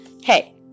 Hey